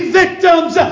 victims